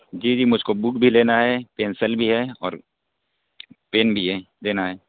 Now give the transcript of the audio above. جی جی مجھ کو بک بھی لینا ہے پنسل بھی ہے اور پین بھی ہیں لینا ہیں